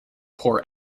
poor